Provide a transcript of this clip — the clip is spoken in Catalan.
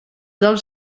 del